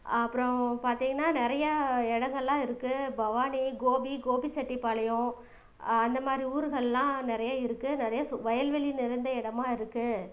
அப்புறம் பார்த்திங்கனா நிறையா இடங்கள்லாம் இருக்கு பவானி கோபி கோபிச்செட்டி பாளையம் அந்த மாதிரி ஊருகள் எல்லாம் நிறையா இருக்கு நிறையா சு வயல்வெளி நிறைந்த இடமாக இருக்கு